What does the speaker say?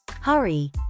Hurry